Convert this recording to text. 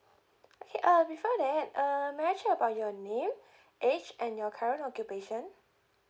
okay uh before that um may I check about your name age and your current occupation